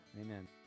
Amen